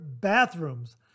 bathrooms